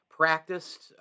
practiced